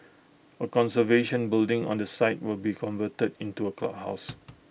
A conservation building on the site will be converted into A clubhouse